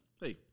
hey